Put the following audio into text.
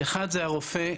אחד זה הרופא,